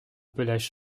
pelage